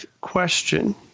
question